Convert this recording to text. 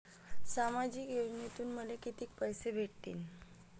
सामाजिक योजनेमंधून मले कितीक पैसे भेटतीनं?